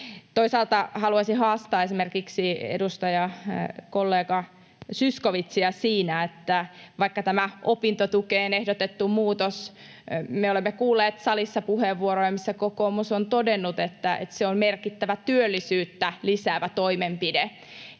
Toisaalta haluaisin haastaa esimerkiksi edustajakollega Zyskowiczia tämän opintotukeen ehdotetun muutoksen osalta. Me olemme kuulleet salissa puheenvuoroja, missä kokoomus on todennut, että se on merkittävä työllisyyttä lisäävä toimenpide,